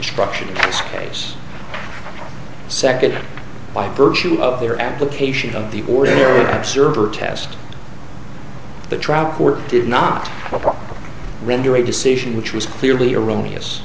structure case second by virtue of their application of the ordinary observer test the trial court did not render a decision which was clearly erroneous